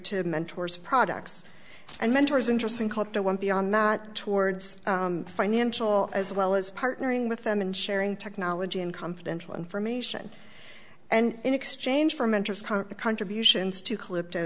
to mentors products and mentors interesting call to one beyond not towards financial as well as partnering with them and sharing technology in confidential information and in exchange for mentors contributions to clip t